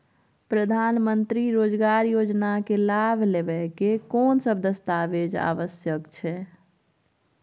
प्रधानमंत्री मंत्री रोजगार योजना के लाभ लेव के कोन सब दस्तावेज आवश्यक छै?